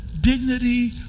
Dignity